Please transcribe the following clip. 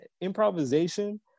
improvisation